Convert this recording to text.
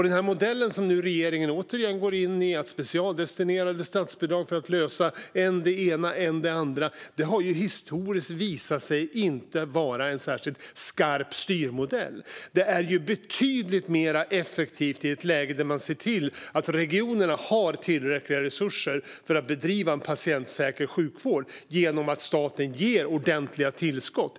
Den modell som nu regeringen återigen går in i med specialdestinerade statsbidrag för att lösa än det ena och än det andra har historiskt visat sig inte vara en särskilt skarp styrmodell. Det är betydligt mer effektivt i det läget att se till att regionerna har tillräckliga resurser för att bedriva en patientsäker sjukvård genom att staten ger ordentliga tillskott.